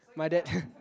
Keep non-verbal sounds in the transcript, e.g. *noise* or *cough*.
my dad *laughs*